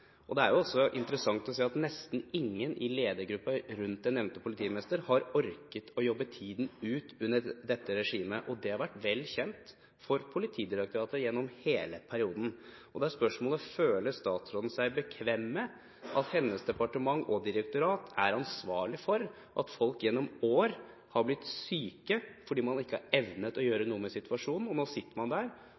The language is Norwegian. Det er også interessant å se at nesten ingen i ledergruppen rundt den nevnte politimesteren har orket å jobbe tiden ut under dette regimet. Det har vært vel kjent for Politidirektoratet gjennom hele perioden. Da er spørsmålet: Føler statsråden seg bekvem med at hennes departement og direktorat er ansvarlige for at folk gjennom år er blitt syke fordi man ikke har evnet å gjøre noe med situasjonen? Nå sitter man der